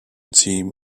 team